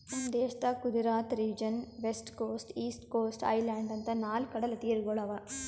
ನಮ್ ದೇಶದಾಗ್ Gujarat region, west coast, east coast, island ಅಂತಾ ನಾಲ್ಕ್ ಕಡಲತೀರಗೊಳ್ ಅವಾ